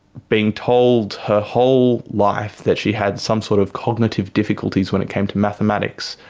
being told her whole life that she had some sort of cognitive difficulties when it came to mathematics,